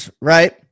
right